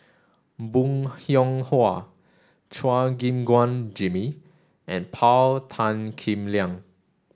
Bong Hiong Hwa Chua Gim Guan Jimmy and Paul Tan Kim Liang